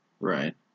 Right